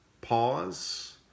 pause